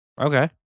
okay